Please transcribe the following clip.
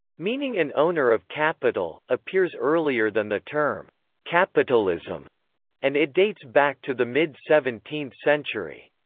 meaning an owner of capital, appears earlier than the term capitalism and it dates back to the mid seventeenth century.